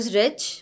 rich